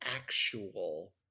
actual